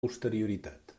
posterioritat